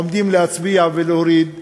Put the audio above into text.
בקרקס הזה, עומדים להצביע ולהוריד יד,